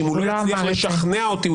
שאם הוא לא יצליח לשכנע אותי,